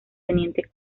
teniente